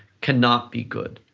cannot be good,